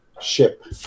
ship